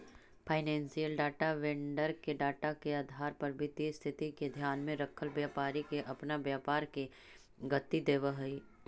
financial data vendor के data के आधार पर वित्तीय स्थिति के ध्यान में रखल व्यापारी के अपना व्यापार के गति देवऽ हई